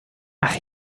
ach